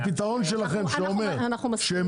הפתרון שלכם שאומר שהם